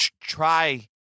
try